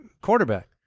quarterback